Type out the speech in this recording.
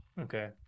Okay